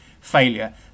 failure